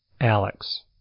Alex